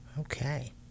Okay